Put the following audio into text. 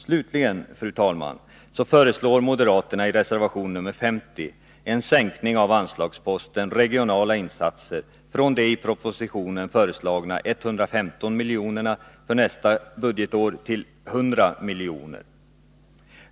Slutligen, fru talman, föreslår moderaterna i reservation nr 50 en sänkning av anslagsposten Regionala insatser från de i propositionen föreslagna 115 miljonerna för nästa budgetår till 100 milj.kr.